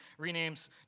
renames